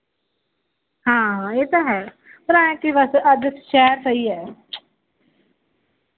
ਹਾਂ ਇਹ ਤਾਂ ਹੈ ਪਰ ਹੈ ਕਿ ਬਸ ਅੱਜ ਸ਼ਹਿਰ ਸਹੀ ਹੈ